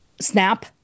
snap